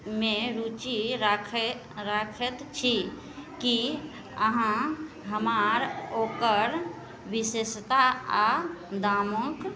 मे रुचि राखै राखैत छी की अहाँ हमर ओकर विशेषता आ दामक